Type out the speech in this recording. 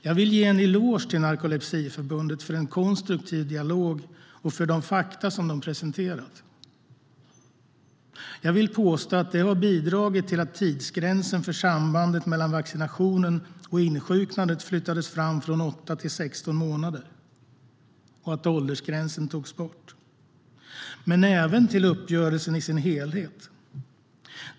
Jag vill ge en eloge till Narkolepsiföreningen för en konstruktiv dialog och för de fakta de har presenterat. Jag vill påstå att det har bidragit till att tidsgränsen för sambandet mellan vaccinationen och insjuknandet flyttades fram från åtta till 16 månader och att åldersgränsen togs bort. Det gäller även till uppgörelsen i sin helhet.